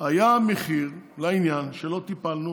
היה מחיר לעניין שלא טיפלנו